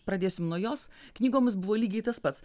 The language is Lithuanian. pradėsiu nuo jos knygomis buvo lygiai tas pats